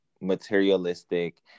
materialistic